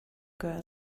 girl